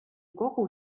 kogu